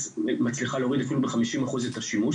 מצליחה להוריד אפילו בכ-50% את השימוש.